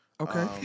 Okay